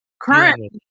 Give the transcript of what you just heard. currently